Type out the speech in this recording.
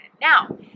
Now